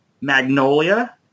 Magnolia